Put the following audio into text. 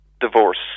divorce